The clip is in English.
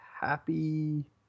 Happy